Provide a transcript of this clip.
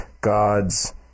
gods